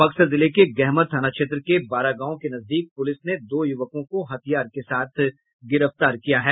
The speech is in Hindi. बक्सर जिले के गहमर थाना क्षेत्र के बारागांव के नजदीक पुलिस ने दो युवकों को हथियार के साथ गिरफ्तार किया है